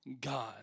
God